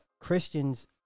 Christians